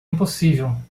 impossível